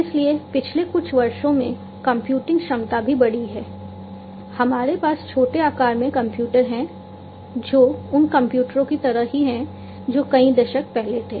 इसलिए पिछले कुछ वर्षों में कंप्यूटिंग क्षमता भी बढ़ी है हमारे पास छोटे आकार के कंप्यूटर हैं जो उन कंप्यूटरों की तरह ही हैं जो कई दशक पहले थे